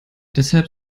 deshalb